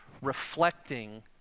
reflecting